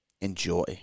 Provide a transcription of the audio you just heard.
enjoy